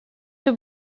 two